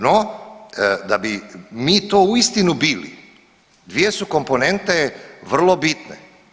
No, da bi mi to uistinu bili dvije su komponente vrlo bitne.